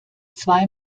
zwei